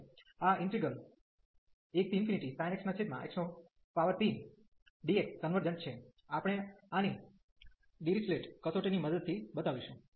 આ integral 1sin x xpdx convergent છે આપણે આની ડિરિચ્લેટ કસોટી ની મદદ થી બતાવીશું